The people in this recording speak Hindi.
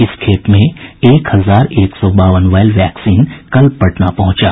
इस खेप में एक हजार एक सौ बावन वायल वैक्सीन कल पटना पहुंचा